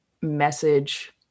message